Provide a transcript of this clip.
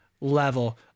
level